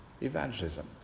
evangelism